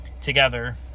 together